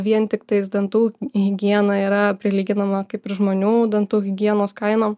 vien tiktais dantų higiena yra prilyginama kaip ir žmonių dantų higienos kainom